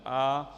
A.